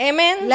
Amen